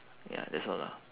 ya that's all lah